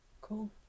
cool